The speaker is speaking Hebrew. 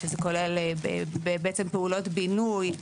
שזה כולל פעולות בינוי,